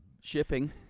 Shipping